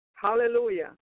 Hallelujah